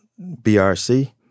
BRC